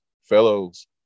fellows